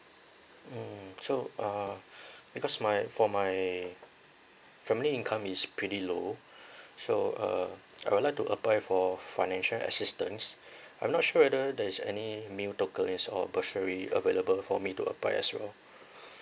mm so uh because my for my family income is pretty low so uh I would like to apply for financial assistance I'm not sure whether there's any meal token is or bursary available for me to apply as well